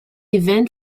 event